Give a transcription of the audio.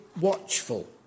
watchful